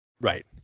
Right